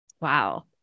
Wow